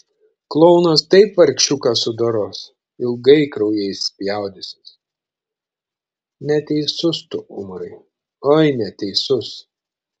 klounas taip vargšiuką sudoros ilgai kraujais spjaudysis neteisus tu umarai oi neteisus